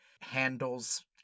handles